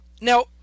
Now